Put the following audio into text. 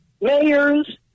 mayors